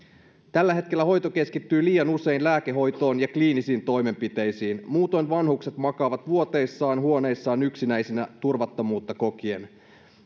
tällä hetkellä hoito keskittyy liian usein lääkehoitoon ja kliinisiin toimenpiteisiin muutoin vanhukset makaavat vuoteissaan huoneissaan yksinäisinä turvattomuutta kokien